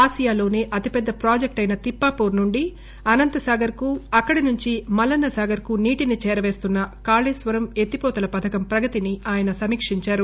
ఆసియాలోనే అతిపెద్ద ప్రాజెక్షు అయిన తిప్పాపూర్ నుండి అనంతసాగర్ కు అక్కడి నుండి మల్లన్స సాగర్ కు నీటిని చేరపేస్తున్న కాళేశ్వరం ఎత్తిపోతల పథకం ప్రగతిని ఆయన సమీక్షించారు